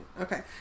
Okay